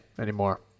anymore